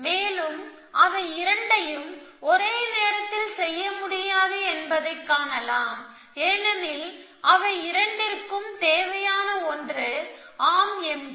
மேலும் அவை இரண்டையும்ஒரே நேரத்தில் செய்ய முடியாது என்பதைக் காணலாம் ஏனெனில் அவை இரண்டிற்கும் தேவையான ஒன்று ஆர்ம் எம்டி